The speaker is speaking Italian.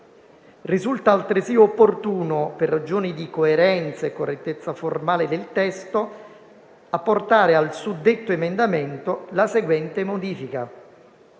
Risulta altresì opportuno, per ragioni di coerenza e correttezza formale del testo, apportare al suddetto emendamento la seguente modifica: